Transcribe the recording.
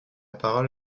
parole